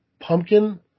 pumpkin